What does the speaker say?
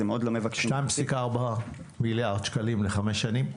אז הם עוד לא מבקשים --- 2.4 מיליארד שקלים לחמש שנים?